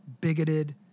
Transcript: bigoted